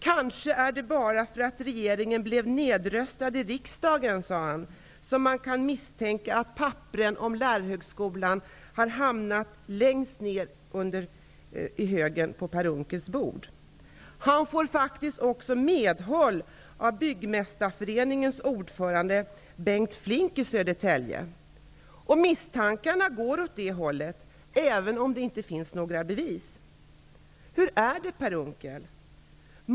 Kanske är det bara för att regeringen blev nedröstad i riksdagen, sade han, som man kan misstänka att papperen om Lärarhögskolan har hamnat längst ned i högen på Per Unckels bord. Han får faktiskt också medhåll av Södertälje. Misstankarna går åt det hållet, även om det inte finns några bevis. Hur är det, Per Unckel?